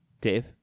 Dave